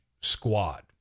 squad